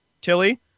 tilly